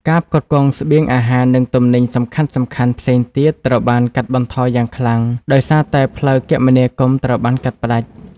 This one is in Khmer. ការផ្គត់ផ្គង់ស្បៀងអាហារនិងទំនិញសំខាន់ៗផ្សេងទៀតត្រូវបានកាត់បន្ថយយ៉ាងខ្លាំងដោយសារតែផ្លូវគមនាគមន៍ត្រូវបានកាត់ផ្តាច់។